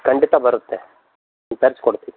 ಖಂಡಿತ ಬರುತ್ತೆ ತರ್ಸಿ ಕೊಡ್ತಿನಿ